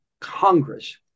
congress